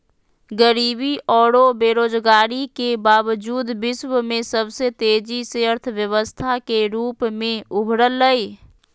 गरीबी औरो बेरोजगारी के बावजूद विश्व में सबसे तेजी से अर्थव्यवस्था के रूप में उभरलय